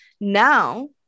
now